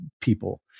people